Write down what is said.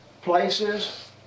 places